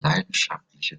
leidenschaftliche